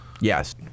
Yes